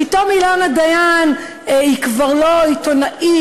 פתאום אילנה דיין היא כבר לא עיתונאית,